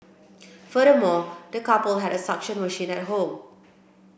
furthermore the couple had a suction machine at home